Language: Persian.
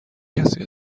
کسی